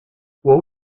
what